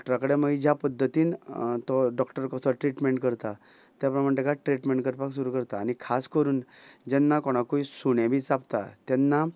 डॉक्टरा कडेन मागीर ज्या पद्दतीन तो डॉक्टर कसो ट्रिटमेंट करता त्या प्रमाणे तेका ट्रिटमेंट करपाक सुरू करता आनी खास करून जेन्ना कोणाकूय सुणें बी चाबता तेन्ना